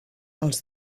els